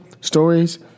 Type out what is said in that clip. stories